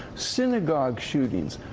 synagogue shootings,